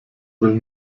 will